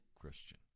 Christian